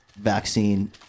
Vaccine